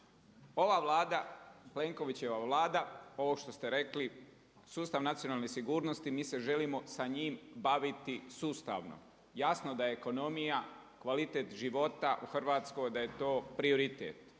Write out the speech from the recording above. Ova Vlada Plenkovićeva Vlada ovo što ste rekli sustav nacionalne sigurnosti, mi se želimo sa njim baviti sustavno. Jasno da je ekonomija kvalitete života u Hrvatskoj, da je to prioritet,